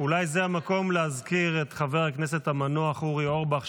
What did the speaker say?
אולי זה המקום להזכיר את חבר הכנסת המנוח אורי אורבך,